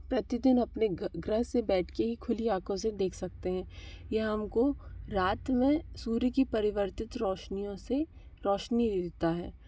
प्रतिदिन अपने गृह से बैठ के ही खुली आखों से देख सकते हैं यह हम को रात में सूर्य की परिवर्तित रौशनियों से रौशनी दे देता है